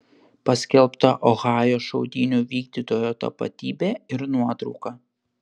paskelbta ohajo šaudynių vykdytojo tapatybė ir nuotrauka